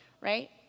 right